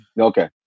Okay